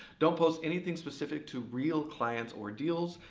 don't post anything specific to real clients or deals.